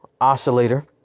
oscillator